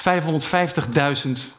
550.000